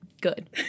good